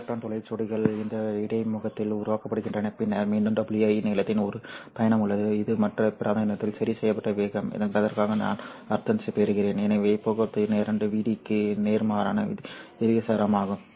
electron துளை ஜோடிகள் இந்த இடைமுகத்தில் உருவாக்கப்படுகின்றன பின்னர் மீண்டும் WI நீளத்தின் ஒரு பயணம் உள்ளது இது மற்ற பிராந்தியத்தில் சரி செய்யப்பட வேண்டும் என்பதற்காக நான் அர்த்தம் பெறுகிறேன் எனவே போக்குவரத்து நேரம் Vd க்கு நேர்மாறான விகிதாசாரமாகும்